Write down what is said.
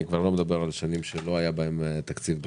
ואני כבר לא מדבר על שנים שלא היה בהן תקציב בכלל.